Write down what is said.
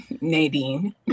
Nadine